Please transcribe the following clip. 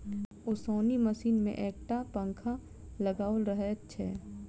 ओसौनी मशीन मे एक टा पंखा लगाओल रहैत छै